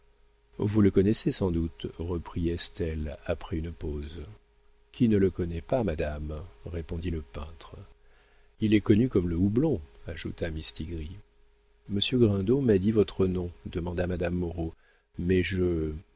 vous le connaissez sans doute reprit estelle après une pause qui ne le connaît pas madame répondit le peintre il est connu comme le houblon ajouta mistigris monsieur grindot m'a dit votre nom demanda madame moreau mais je